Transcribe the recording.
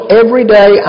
everyday